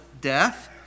death